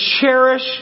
cherish